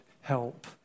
help